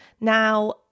Now